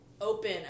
open